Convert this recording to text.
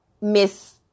miss